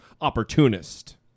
opportunist